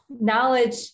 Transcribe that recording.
knowledge